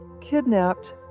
kidnapped